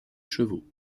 chevaux